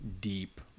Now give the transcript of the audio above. deep